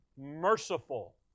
Merciful